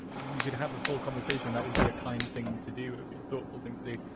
you could have a full conversation. that would be a kind thing to do. ah be a thoughtful thing to do.